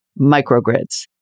microgrids